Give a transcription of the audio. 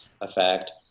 effect